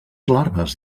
larves